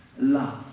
Love